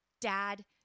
dad